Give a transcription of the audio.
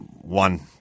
one